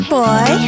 boy